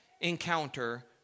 encounter